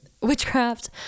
witchcraft